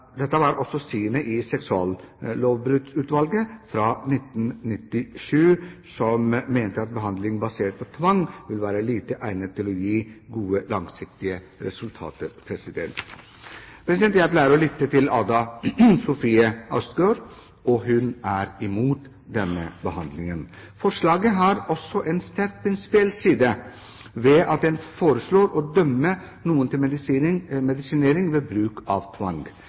var også synet til Seksuallovbruddsutvalget fra 1997, som mente at behandling basert på tvang vil være lite egnet til å gi gode langsiktige resultater. Jeg pleier å lytte til Ada Sofie Austegard, og hun er imot denne behandlingen. Forslaget har også en sterkt prinsipiell side ved at en foreslår å dømme noen til medisinering ved bruk av tvang.